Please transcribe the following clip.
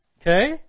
Okay